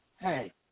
Hey